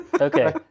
Okay